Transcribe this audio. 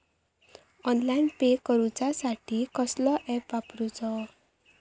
Online pay करूचा साठी कसलो ऍप वापरूचो?